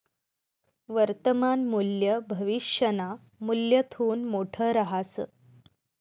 वर्तमान मूल्य भविष्यना मूल्यथून मोठं रहास